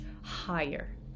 higher